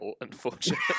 unfortunately